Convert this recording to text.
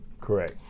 Correct